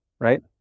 right